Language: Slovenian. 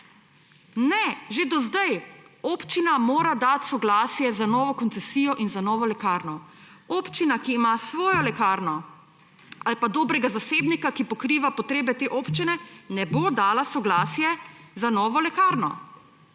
Ne, že do sedaj občina mora dati soglasje za novo koncesijo in za novo lekarno. Občina, ki ima svojo lekarno ali pa dobrega zasebnika, ki pokriva potrebe te občine, ne bo dala soglasja za novo lekarno.